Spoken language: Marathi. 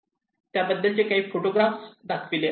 त्याबद्दलचे काही फोटोग्राफ दाखविले आहे